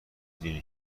دونی